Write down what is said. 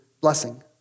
blessing